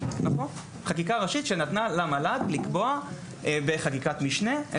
חקיקה ראשית שנתנה למל"ג לקבוע בחקיקת משנה.